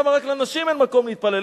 למה רק לנשים אין מקום להתפלל?